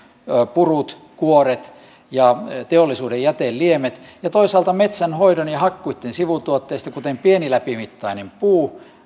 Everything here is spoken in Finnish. purut kuoret ja teollisuuden jäteliemet ja toisaalta metsänhoidon ja hakkuitten sivutuotteista kuten pieniläpimittainen puu